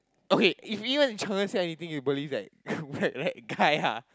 okay if you and Cheng say anything you believe that what that guy ah